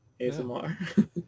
ASMR